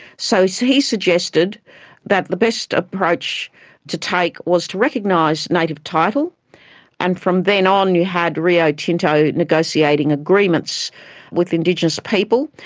so so he suggested that the best approach to take was to recognise native title and from then on you had rio tinto negotiating agreements with indigenous people.